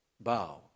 bow